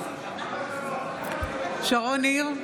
שרון ניר,